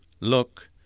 Look